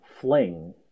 fling